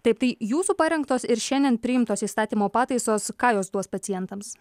taip tai jūsų parengtos ir šiandien priimtos įstatymo pataisos ką jos duos pacientams